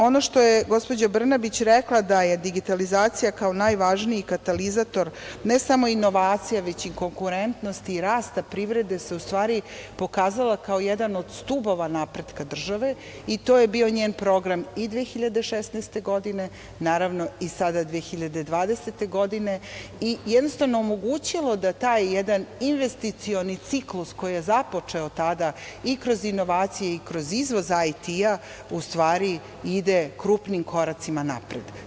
Ono što je gospođa Brnabić rekla da je digitalizacija kao najvažniji katalizator ne samo inovacija, već i konkurentnosti i rasta privrede se u stvari pokazala kao jedan od stubova napretka države i to je bio njen program i 2016. godine, naravno i sada 2020. godine, jednostavno omogućilo da taj jedan investicioni ciklus koji je započeo tada i kroz inovacije i kroz izvoz IT u stvari ide krupnim koracima napred.